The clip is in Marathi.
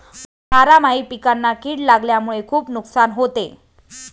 बारामाही पिकांना कीड लागल्यामुळे खुप नुकसान होते